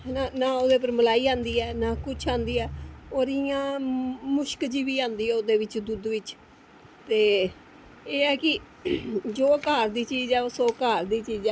ना ओह्दे उप्पर मलाई आंदी ऐ ते ना कुछ आंदी ऐ ते ओह्दी इंया मुश्क जेही बी आंदी ऐ दुद्ध बिच ते एह् ऐ कि जो घर दी चीज़ ऐ सो घर दी चीज़ ऐ